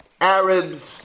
Arabs